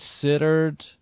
considered